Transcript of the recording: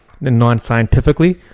non-scientifically